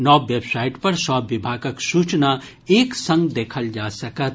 नव वेबसाइट पर सभ विभागक सूचना एक संग देखल जा सकत